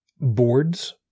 boards